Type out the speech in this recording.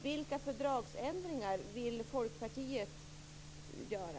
Vilka fördragsändringar vill Folkpartiet göra?